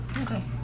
okay